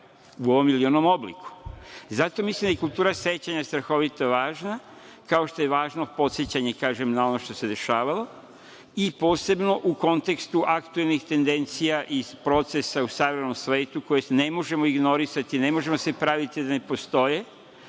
u ovom ili u onom obliku. Zato mislim da je kultura sećanja strahovito važna, kao što je važno podsećanje na ono što se dešavalo i posebno u kontekstu aktuelnih tendencija iz procesa u savremenom svetu koje ne možemo ignorisati, ne možemo se praviti da ne postoje,